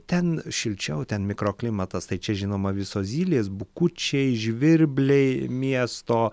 ten šilčiau ten mikroklimatas tai čia žinoma visos zylės bukučiai žvirbliai miesto